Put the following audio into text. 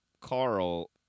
Carl